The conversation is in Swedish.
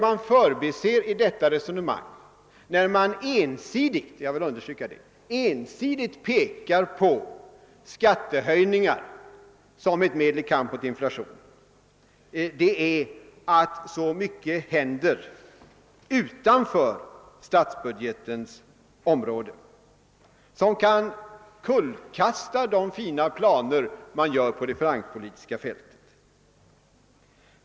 Men när man ensidigt pekar på skattehöjningar som ett. medel i kampen mot inflationen förbiser man att så mycket händer utanför statsbudgetens område som kan kullkasta "de fina planer som görs upp på det finanspolitiska fältet.